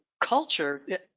culture